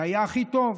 זה היה הכי טוב.